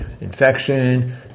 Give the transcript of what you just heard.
infection